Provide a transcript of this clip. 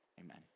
amen